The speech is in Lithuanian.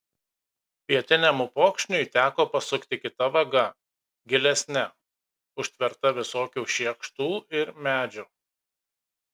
pietiniam upokšniui teko pasukti kita vaga gilesne užtverta visokių šiekštų ir medžių